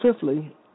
fifthly